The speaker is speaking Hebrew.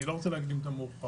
אני לא רוצה להקדים את המאוחר.